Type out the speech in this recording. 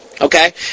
Okay